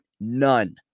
None